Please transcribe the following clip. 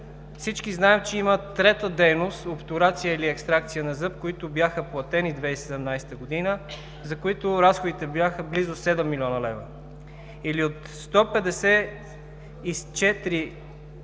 всички знаем, че има трета дейност – обтурация или екстракция на зъб, които бяха платени през 2017 г., за които разходите бяха близо 7 млн. лв., или от 147 млн.